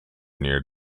near